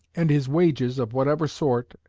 and his wages, of whatever sort,